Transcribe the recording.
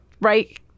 right